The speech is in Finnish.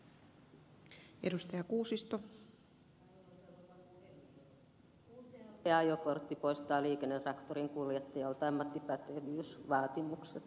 uusi lt ajokortti poistaa liikennetraktorin kuljettajalta ammattipätevyysvaatimukset